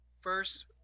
first